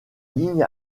ligne